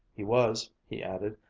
he was, he added,